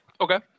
Okay